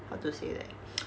what to say leh